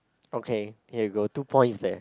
okay here you go two points there